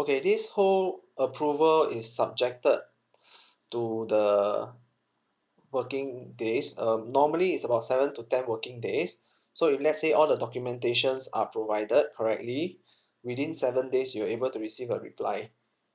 okay this whole approval is subjected to the working days um normally it's about seven to ten working days so if let's say all the documentations are provided correctly within seven days you're able to receive a reply